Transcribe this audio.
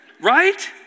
Right